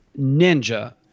ninja